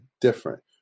different